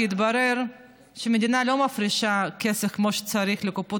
התברר שהמדינה לא מפרישה כסף כמו שצריך לקופות